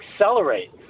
accelerate